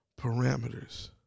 parameters